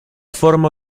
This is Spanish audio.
forma